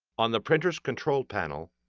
on the printer's control panel,